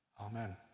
Amen